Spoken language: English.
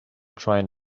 trying